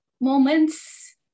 moments